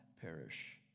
perish